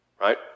Right